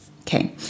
okay